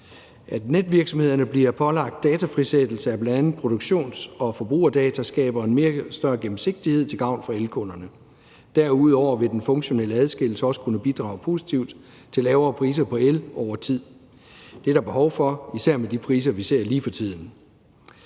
At netvirksomhederne bliver pålagt datafrisættelse af bl.a. produktions- og forbrugerdata, skaber en større gennemsigtighed til gavn for elkunderne. Derudover vil den funktionelle adskillelse kunne bidrage positivt til lavere priser på el over tid. Det er der behov for, især med de priser, vi ser lige for tiden.